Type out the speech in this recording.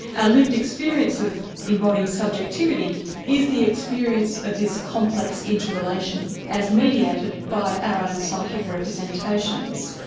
a lived experience of embodied subjectivity is the experience of this complex inter-relation as mediated by our own psychic representations.